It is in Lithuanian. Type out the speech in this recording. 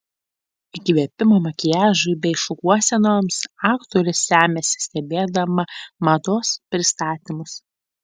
įkvėpimo makiažui bei šukuosenoms aktorė semiasi stebėdama mados pristatymus